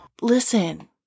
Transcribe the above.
Listen